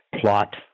plot